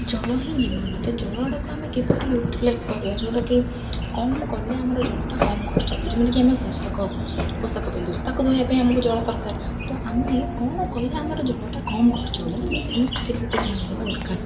ଜଳ ହିଁ ଜୀବନ ତ ଜଳଟାକୁ ଆମେ କିପରି ୟୁଟିଲାଇଜ୍ କରିବା ଯେଉଁଟାକି କମ୍ କଲେ ଆମର ଜଳଟା କମ୍ ଖର୍ଚ୍ଚ ହବ ଯେମିତିକି ଆମେ ପୋଷାକ ପୋଷାକ ପିନ୍ଧୁଛୁ ତାକୁ ଧୋଇବା ପାଇଁ ଆମକୁ ଜଳ ଦରକାର ତ ଆମେ କ'ଣ କଲେ ଆମର ଜଳଟା କମ୍ ଖର୍ଚ୍ଚ ହବ କିନ୍ତୁ ଆମେ ସେଥିପ୍ରତି ଧ୍ୟାନ ଦେବା ଦରକାର